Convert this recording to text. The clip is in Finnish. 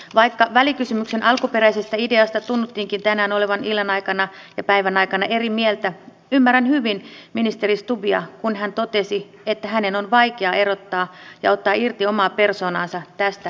vaikka välikysymyksen alkuperäisestä ideasta tunnuttiinkin tänään olevan päivän ja illan aikana eri mieltä ymmärrän hyvin ministeri stubbia kun hän totesi että hänen on vaikea erottaa ja ottaa irti omaa persoonaansa tästä välikysymyksestä